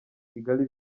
kigali